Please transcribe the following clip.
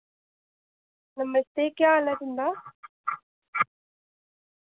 नमस्ते केह् हाल ऐ तुं'दा